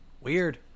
Weird